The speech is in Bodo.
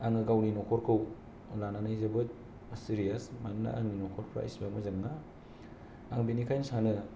आङो गावनि नखरखौ लानानै जोबोद सिरियास मानोना आंनि नखरफ्रा एसेबां मोजां नङा आं बिनिखायनो सानो